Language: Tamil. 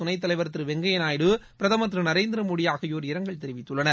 துணைத் தலைவர் குடியரசு திரு வெங்கய்யா நாயுடு பிரதமர் திரு நரேந்திர மோடி ஆகியோர் இரங்கல் தெரிவித்துள்ளனர்